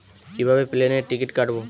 কিভাবে প্লেনের টিকিট কাটব?